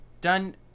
done